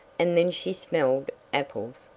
and then she smelled apples,